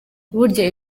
burya